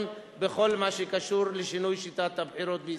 בכל מה שקשור לשינוי שיטת הבחירות בישראל.